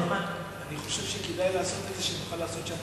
כדי שאפשר יהיה לעשות מעקב.